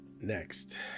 Next